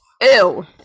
Ew